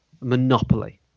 Monopoly